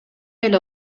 эле